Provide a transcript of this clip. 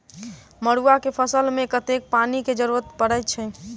मड़ुआ केँ फसल मे कतेक पानि केँ जरूरत परै छैय?